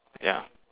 ya